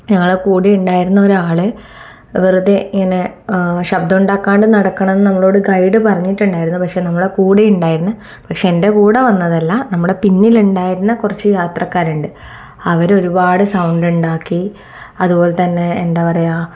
ഞങ്ങളുടെ കൂടെ ഉണ്ടായിരുന്ന ഒരാൾ വെറുതെ ഇങ്ങനെ ശബ്ദമുണ്ടാകാണ്ട് നടക്കണമെന്ന് നമ്മളോട് ഗൈഡ് പറഞ്ഞിട്ടുണ്ടായിരുന്നു പക്ഷേ നമ്മളുടെ കൂടെ ഉണ്ടായിരുന്ന പക്ഷേ എൻ്റെ കൂടെ വന്നതല്ല നമ്മുടെ പിന്നിലുണ്ടായിരുന്ന കുറച്ച് യാത്രക്കാരുണ്ട് അവർ ഒരുപാട് സൗണ്ടുണ്ടാക്കി അതുപോലെ തന്നെ എന്താ പറയാ